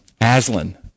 Aslan